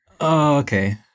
okay